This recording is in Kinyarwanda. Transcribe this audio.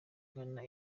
nkana